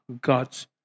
God's